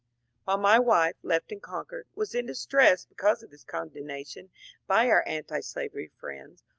while my wife, left in concord, was in distress because of this condemnation by our antislavery friends,